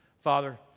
Father